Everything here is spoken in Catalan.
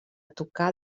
tocar